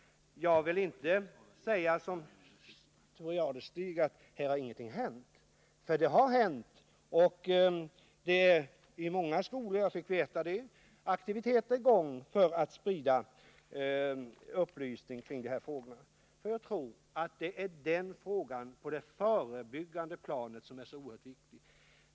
Jag vill inte i likhet med Thure Jadestig säga att här ingenting har hänt, för det har hänt en hel del. I många skolor finns aktiviteter i gång för att sprida upplysning kring dessa frågor. Jag tror att det är den fråga som gäller det förebyggande som är så viktig.